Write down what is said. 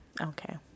okay